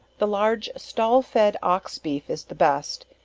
the large stall fed ox beef is the best,